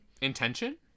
Intention